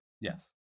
Yes